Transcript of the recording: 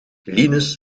linus